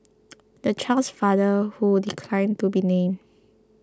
the child's father who declined to be named